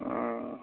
ꯑꯣ